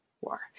war